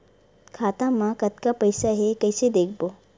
खाता मा कतका पईसा हे कइसे देखबो?